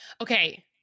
Okay